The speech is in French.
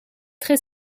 très